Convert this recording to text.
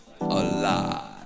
alive